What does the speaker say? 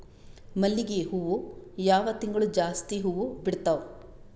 ಮಲ್ಲಿಗಿ ಹೂವು ಯಾವ ತಿಂಗಳು ಜಾಸ್ತಿ ಹೂವು ಬಿಡ್ತಾವು?